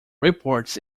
reports